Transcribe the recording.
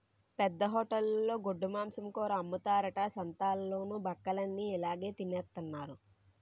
పెద్ద హోటలులో గొడ్డుమాంసం కూర అమ్ముతారట సంతాలలోన బక్కలన్ని ఇలాగె తినెత్తన్నారు